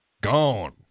Gone